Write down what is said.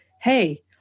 hey